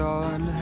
God